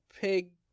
pig